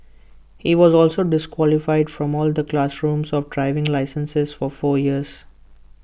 he was also disqualified from all the classrooms of driving licenses for four years